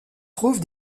trouve